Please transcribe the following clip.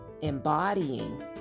embodying